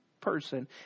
person